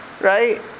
right